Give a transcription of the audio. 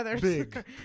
big